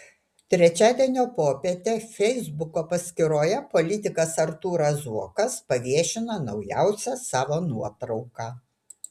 trečiadienio popietę feisbuko paskyroje politikas artūras zuokas paviešino naujausią savo nuotrauką